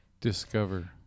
Discover